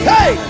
Hey